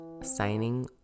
Signing